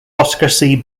oscar